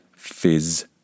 Fizz